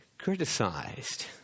criticized